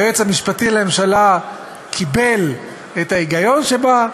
היועץ המשפטי לממשלה קיבל את ההיגיון שבה,